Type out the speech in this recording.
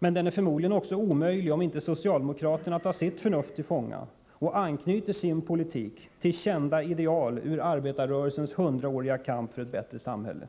Men den är förmodligen omöjlig också om inte socialdemokraterna tar sitt förnuft till fånga och anknyter sin politik till kända ideal ur arbetarrörelsens hundraåriga kamp för ett bättre samhälle.